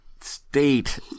state